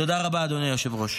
תודה רבה, אדוני היושב-ראש.